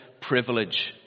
privilege